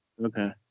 Okay